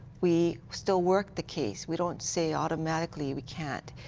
we still work the case. we don't say automatically, we can't.